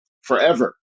forever